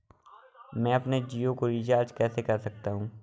मैं अपने जियो को कैसे रिचार्ज कर सकता हूँ?